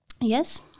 yes